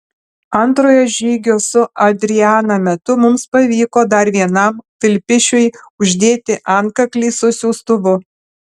antrojo žygio su adriana metu mums pavyko dar vienam vilpišiui uždėti antkaklį su siųstuvu